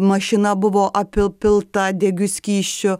mašina buvo apipilta degiu skysčiu